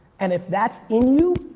and if that's in you,